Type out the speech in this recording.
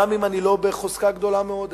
גם אם אני לא בחוזקה גדולה מאוד.